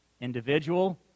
Individual